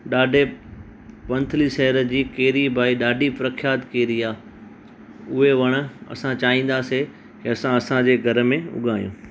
ॾाढे वंथली शहर जी केरी भाई ॾाढी प्रख्यात केरी आहे उहे वण असां चाहिंदासीं की असां असांजे घर में उगाऊं